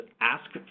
ask